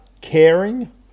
caring